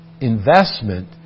investment